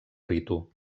ritu